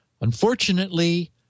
unfortunately